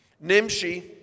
Nimshi